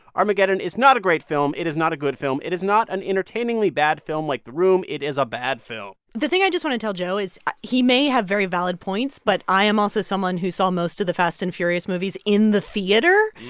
armageddon is not a great film. it is not a good film. it is not an entertainingly bad film like the room. it is a bad film the thing i just want to tell joe is he may have very valid points, but i am also someone who saw most of the fast and furious movies in the theater.